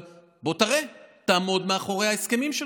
אבל בוא תראה, תעמוד מאחורי ההסכמים שלך.